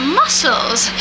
muscles